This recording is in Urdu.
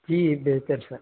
جی بہتر سر